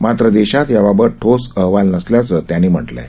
मात्र देशात याबाबत ठोस अहवाल नसल्याचं त्यांनी म्हटलंय